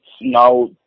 now